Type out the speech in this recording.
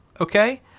okay